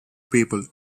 people